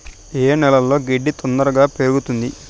ఏ నేలలో గడ్డి తొందరగా పెరుగుతుంది